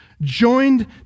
Joined